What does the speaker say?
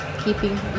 keeping